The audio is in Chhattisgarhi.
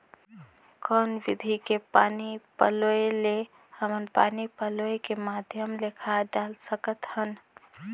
कौन विधि के पानी पलोय ले हमन पानी पलोय के माध्यम ले खाद डाल सकत हन?